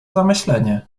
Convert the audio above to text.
zamyślenie